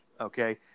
Okay